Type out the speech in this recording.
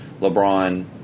LeBron